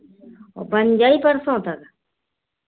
और बन जाई परसों तक